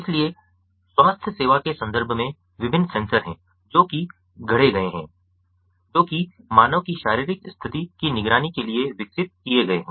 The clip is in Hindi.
इसलिए स्वास्थ्य सेवा के संदर्भ में विभिन्न सेंसर हैं जो कि गढ़े गए हैं जो कि मानव की शारीरिक स्थिति की निगरानी के लिए विकसित किए गए हैं